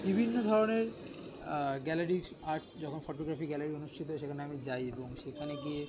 বিভিন্ন ধরনের গ্যালারির আর্ট যখন ফোটোগ্রাফি গ্যালারি অনুষ্ঠিত হয় সেখানে আমি যাই এবং সেখানে গিয়ে